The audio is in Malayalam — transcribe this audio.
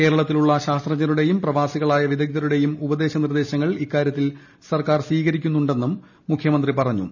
കേരളത്തിലുള്ള ശസ്ത്രജ്ഞരുടെയും പ്രവാസികളായ വിദ ഗ്ധരുടെയും ഉപദേശ നിർദേശങ്ങൾ ഇക്കാരൃത്തിൽ സർക്കാർ സ്വീകരിക്കുന്നുണ്ടെന്നും മുഖ്യമന്ത്രി പറഞ്ഞു